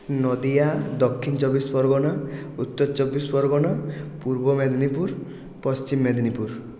নদিয়া দক্ষিণ চব্বিশ পরগনা উত্তর চব্বিশ পরগনা পূর্ব মেদিনীপুর পশ্চিম মেদিনীপুর